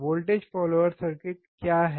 voltage follower circuit क्या है